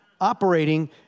operating